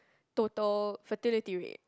total fertility rate